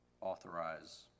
authorize